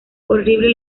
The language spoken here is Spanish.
horrible